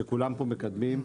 שכולם פה מקדמים,